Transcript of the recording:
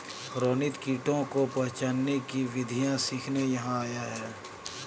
रोनित कीटों को पहचानने की विधियाँ सीखने यहाँ आया है